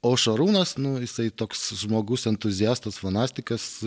o šarūnas nu jisai toks žmogus entuziastas fanatikas